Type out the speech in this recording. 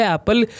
Apple